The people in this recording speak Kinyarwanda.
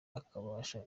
akabasha